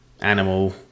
Animal